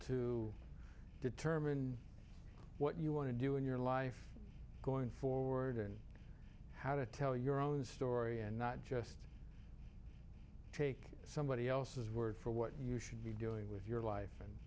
to determine what you want to do in your life going forward and how to tell your own story and not just take somebody else's word for what you should be doing with your life and